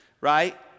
right